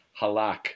Halak